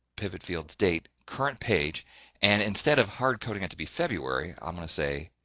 pivot fields date, current page and instead of hard-coding it to be february. i'm going to say